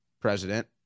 president